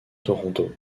toronto